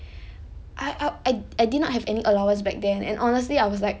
I I I I did not have any allowance back then and honestly I was like